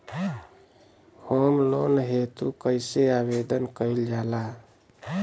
Home loan हेतु कइसे आवेदन कइल जाला?